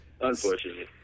unfortunately